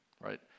right